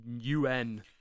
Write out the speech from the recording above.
un